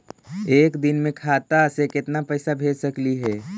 एक दिन में खाता से केतना पैसा भेज सकली हे?